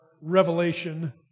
revelation